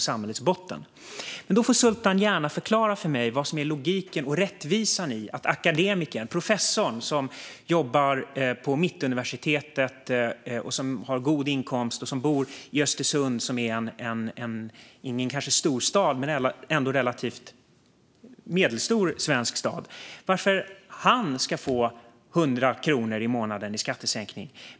Sultan får dock gärna förklara för mig logiken och rättvisan i att akademikern, professorn som jobbar på Mittuniversitetet, har god inkomst och bor i Östersund, som är kanske inte en storstad men en ändå relativt medelstor svensk stad, han ska få 100 kronor i månaden i skattesänkning.